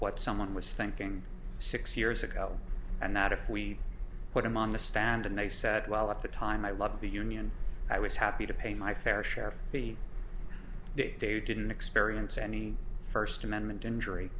what someone was thinking six years ago and that if we put them on the stand and they said well at the time i loved the union i was happy to pay my fair share for the day they didn't experience any first amendment injury